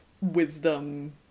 wisdom